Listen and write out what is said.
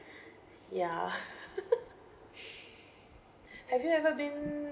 ya have you ever been